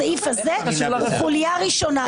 הסעיף הזה הוא חוליה ראשונה.